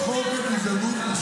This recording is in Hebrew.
זאת גזענות.